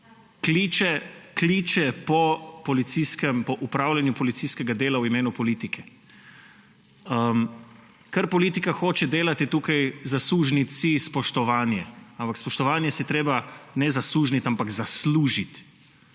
kliče po upravljanju policijskega dela v imenu politike. Kar politika hoče delati, je tukaj zasužnjiti si spoštovanje. Ampak spoštovanje si je treba ne zasužnjiti, ampak zaslužiti.